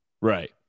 Right